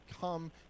come